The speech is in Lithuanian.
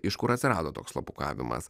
iš kur atsirado toks slapukavimas